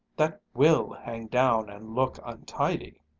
that will hang down and look untidy!